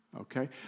okay